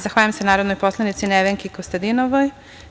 Zahvaljujem se narodnoj poslanici Nevenki Konstatidonovoj.